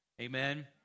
amen